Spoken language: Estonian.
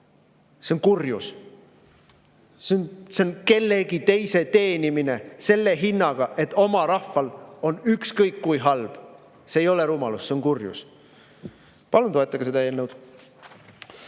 See on kurjus. See on kellegi teise teenimine selle hinnaga, et oma rahval on ükskõik kui halb. See ei ole rumalus, see on kurjus. Palun toetage seda eelnõu!